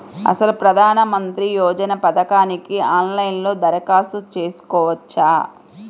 అసలు ప్రధాన మంత్రి యోజన పథకానికి ఆన్లైన్లో దరఖాస్తు చేసుకోవచ్చా?